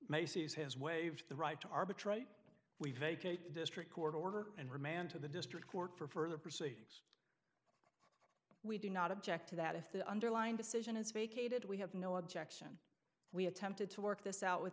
macy's has waived the right to arbitrate we vacate district court order and remand to the district court for further proceedings we do not object to that if the underlying decision is vacated we have no objection we attempted to work this out with